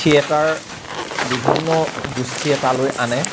theatre বিভিন্ন গোষ্ঠীয়ে তালৈ আনে